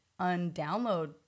undownload